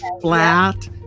flat